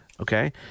Okay